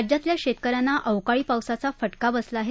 राज्यातल्या शेतक यांना अवकाळी पावसाचा फटका बसला आहे